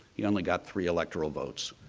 he only got three electoral votes.